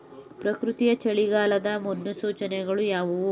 ಪ್ರಕೃತಿಯ ಚಳಿಗಾಲದ ಮುನ್ಸೂಚನೆಗಳು ಯಾವುವು?